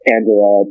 Angela